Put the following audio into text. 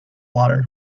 water